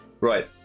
right